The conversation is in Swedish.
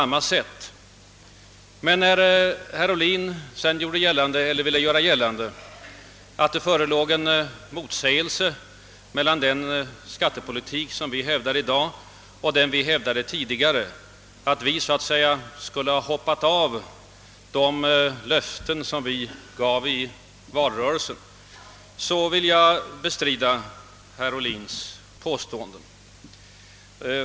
Men när herr Ohlin sedan ville göra gällande att det förelåg en motsägelse mellan den skattepolitik högerpartiet hävdar i dag och den vi hävdade tidigare och att vi skulle så att säga ha hoppat av från de löften vi gav i valrörelsen, vill jag bestrida hans påstående.